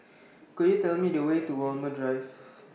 Could YOU Tell Me The Way to Walmer Drive